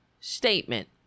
statement